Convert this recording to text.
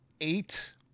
eight